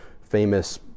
famous